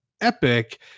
Epic